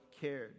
cared